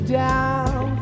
down